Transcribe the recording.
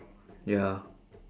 ya